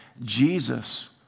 Jesus